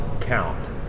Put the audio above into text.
count